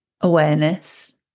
awareness